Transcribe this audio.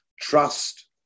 trust